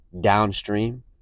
downstream